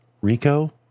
RICO